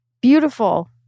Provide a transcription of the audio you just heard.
Beautiful